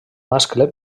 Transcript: mascle